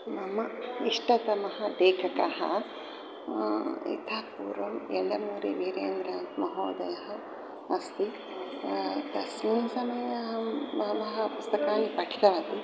मम इष्टतमः लेखकः इतः पूर्वं एल्लमुरिवीरेन्द्रमहोदयः अस्ति तस्मिन् समये अहं बहवः पुस्तकानि पठितवती